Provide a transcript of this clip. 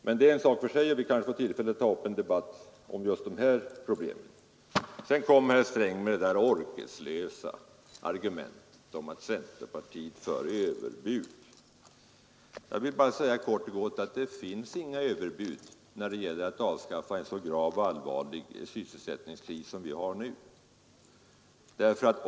Men det är en sak för sig, och vi kanske får tillfälle att ta upp en debatt om just de här problemen senare. Sedan kommer herr Sträng med det där orkeslösa argumentet om att centerpartiet för fram överbud. Jag vill bara säga kort och gott att det finns inga överbud när det gäller att få slut på en så allvarlig sysselsättningskris som vi har nu.